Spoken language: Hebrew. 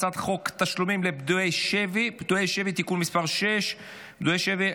הצעת חוק תשלומים לפדויי שבי )תיקון מס' 6) (פדויי שבי,